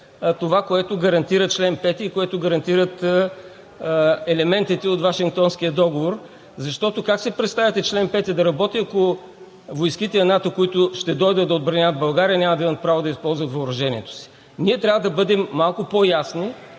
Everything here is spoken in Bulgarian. това, което гарантира в чл. 5 и което гарантират елементите от Вашингтонския договор. Как си представяте чл. 5 да работи, ако войските на НАТО, които ще дойдат да отбраняват България, няма да имат правото да използват въоръжението си?! Ние трябва да бъдем малко по-ясни